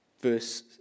verse